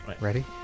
Ready